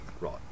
Right